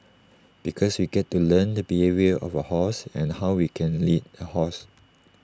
because we get to learn the behaviour of A horse and how we can lead A horse